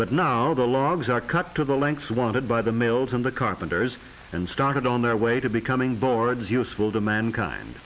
but now the logs are cut to the lengths wanted by the males and the carpenters and started on their way to becoming boards useful to mankind